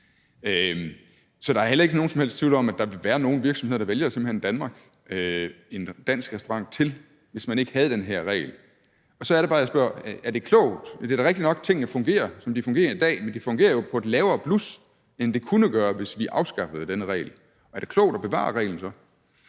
Så der er heller ikke nogen som helst tvivl om, at der vil være nogle virksomheder, der ville vælge en dansk restaurant til, hvis man ikke havde den her regel. Og så er det bare, jeg spørger: Er det klogt? Det er da rigtigt nok, at tingene fungerer, som de fungerer i dag. Men de fungerer jo på et lavere blus, end de kunne gøre, hvis vi afskaffede denne regel. Er det klogt at bevare reglen så?